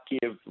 give